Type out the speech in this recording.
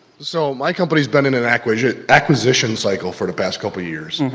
so my company has been in an acquisition acquisition cycle for the past couple of years.